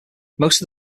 most